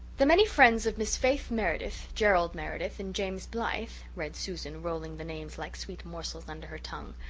the many friends of miss faith meredith, gerald meredith and james blythe read susan, rolling the names like sweet morsels under her tongue,